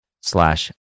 slash